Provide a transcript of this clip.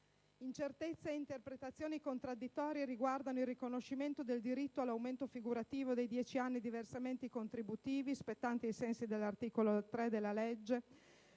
Incertezze ed interpretazioni contraddittorie riguardano il riconoscimento del diritto all'aumento figurativo di dieci anni di versamenti contributivi - spettante ai sensi dell'articolo 3 della legge